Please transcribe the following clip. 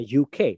UK